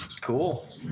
cool